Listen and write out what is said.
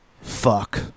fuck